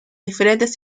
diferentes